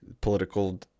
political